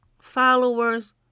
followers